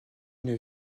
une